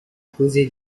causé